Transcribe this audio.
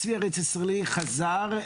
הצבי הארץ ישראלי חזר.